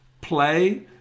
Play